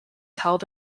held